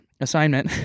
assignment